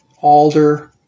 alder